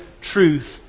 truth